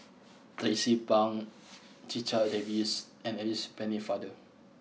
Tracie Pang Checha Davies and Alice Pennefather